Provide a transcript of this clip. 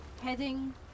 heading